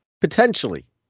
potentially